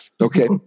Okay